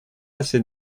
assez